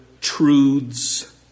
truths